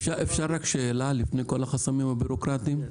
אפשר רק שאלה, לפני כל החסמים הבירוקרטיים?